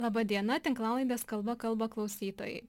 laba diena tinklalaidės kalba kalba klausytojai